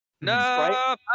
No